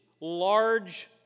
large